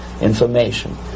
information